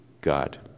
God